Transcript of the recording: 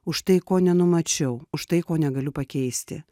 už tai ko nenumačiau už tai ko negaliu pakeisti